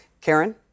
Karen